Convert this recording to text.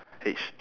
!hey!